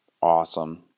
awesome